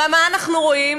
ומה אנחנו רואים?